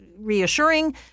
reassuring